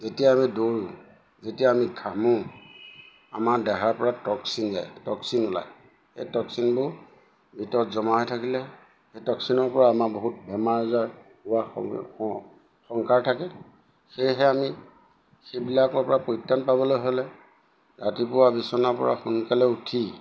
যেতিয়া আমি দৌৰোঁ যেতিয়া আমি ঘামোঁ আমাৰ দেহাৰ পৰা টক্চিন যায় টক্চিন ওলায় সেই টকচিনবোৰ ভিতৰত জমা হৈ থাকিলে সেই টক্চিনৰ পৰা আমাৰ বহুত বেমাৰ আজাৰ হোৱা সংকাৰ থাকে সেয়েহে আমি সেইবিলাকৰ পৰা পৰিত্ৰাণ পাবলৈ হ'লে ৰাতিপুৱা বিচনাৰ পৰা সোনকালে উঠি